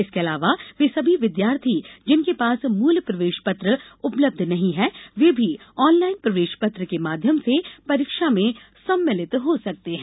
इसके अलावा वे सभी विद्यार्थी जिनके पास मूल प्रवेष पत्र उपलब्ध नहीं है वे भी ऑनलाईन प्रवेष पत्र के माध्यम से परीक्षा में सम्मिलित हो सकते हैं